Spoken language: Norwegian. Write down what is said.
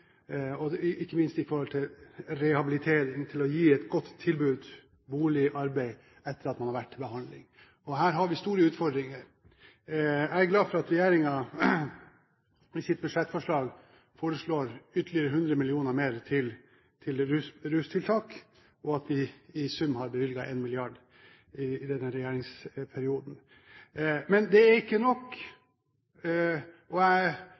og ikke minst rehabilitering, til å gi et godt tilbud – bolig, arbeid – etter at man har vært til behandling. Her har vi store utfordringer. Jeg er glad for at regjeringen i sitt budsjettforslag foreslår ytterligere 100 mill. kr til rustiltak, og at de i sum har bevilget 1 mrd. kr i denne regjeringsperioden. Men det er ikke nok, og jeg